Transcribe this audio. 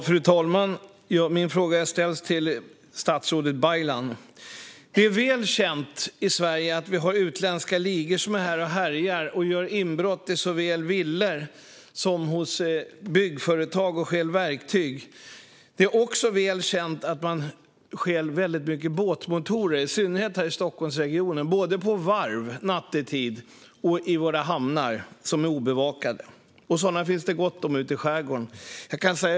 Fru talman! Min fråga ställs till statsrådet Baylan. Det är väl känt i Sverige att utländska ligor är här och härjar och gör inbrott såväl i villor som hos byggföretag, där de stjäl verktyg. Det är också väl känt att de stjäl väldigt många båtmotorer, i synnerhet här i Stockholmsregionen. De stjäl både på varv, nattetid, och i våra obevakade hamnar - sådana finns det gott om ute i skärgården.